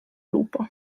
lupo